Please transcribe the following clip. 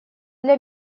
для